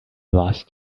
lost